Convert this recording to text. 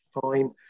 fine